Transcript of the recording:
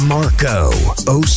Marco